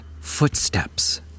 footsteps